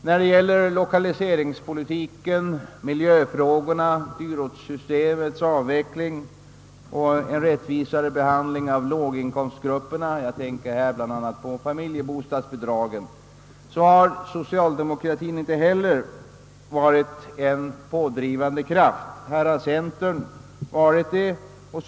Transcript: När det gäller lokaliseringspolitiken, miljöfrågorna, dyrortssystemets avveckling och en rättvisare behandling av låginkomstgrupperna jag tänker härvidlag bl.a. på familjebostadsbidragen — har socialdemokratien inte heller varit en pådrivande kraft, utan det har varit centern som gått före.